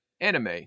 anime